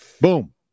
Boom